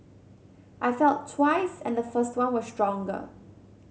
I felt twice and the first one was stronger